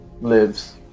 lives